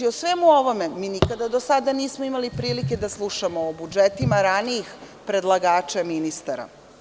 O svemu ovome nikada do sada nismo imali prilike da slušamo, o budžetima ranijih predlagača ministara.